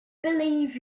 believe